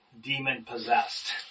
demon-possessed